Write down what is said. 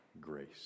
grace